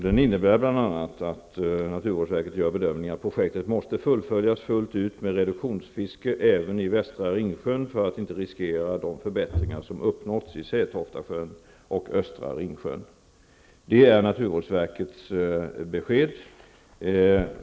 Den innebär bl.a. att projektet måste fullföljas fullt ut, med reduktionsfiske även i västra Ringsjön för att de förbättringar som har uppnåtts i Sätoftasjön och östra Ringsjön inte skall riskeras. Det är naturvårdsverkets besked.